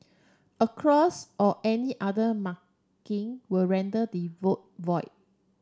a cross or any other marking will render the vote void